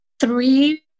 three